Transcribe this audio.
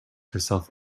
herself